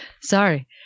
Sorry